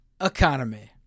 Economy